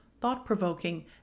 thought-provoking